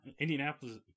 Indianapolis